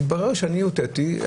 התברר שאני הוטעיתי.